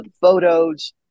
photos